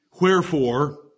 Wherefore